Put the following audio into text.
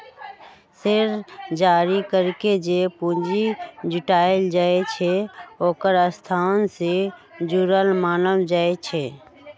share जारी करके जे पूंजी जुटाएल जाई छई ओकरा संस्था से जुरल मानल जाई छई